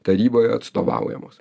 taryboje atstovaujamos